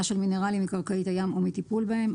של מינרלים מקרקעית הים או מטיפול בהם.